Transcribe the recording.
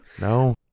No